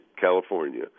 California